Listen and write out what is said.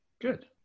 Good